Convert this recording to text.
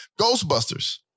Ghostbusters